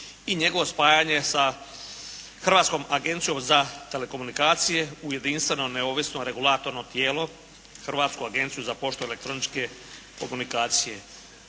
i njegovo spajanje sa Hrvatskom agencijom za telekomunikacije u jedinstveno neovisno regulatorno tijelo Hrvatsku agenciju za poštu elektroničke komunikacije.